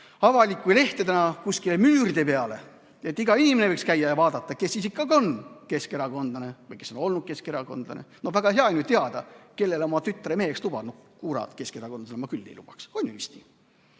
avalike lehtedena kuskile müüride peale, et iga inimene võiks käia ja vaadata, kes siis ikkagi on keskerakondlane või kes on olnud keskerakondlane. Väga hea on ju teada, kellele sa oma tütre meheks oled lubanud – kurat, keskerakondlasele ma teda küll ei lubaks! On ju vist